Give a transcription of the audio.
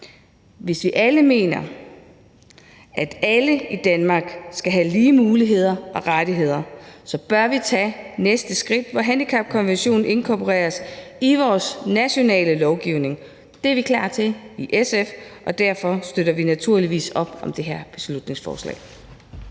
Hvis vi alle mener, at alle i Danmark skal have lige muligheder og rettigheder, bør vi tage næste skridt, hvor handicapkonventionen inkorporeres i vores nationale lovgivning. Det er vi klar til i SF, og derfor støtter vi naturligvis op om det her beslutningsforslag.